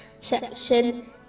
section